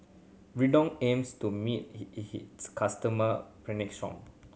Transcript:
Redoxon aims to meet he his customers